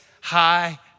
high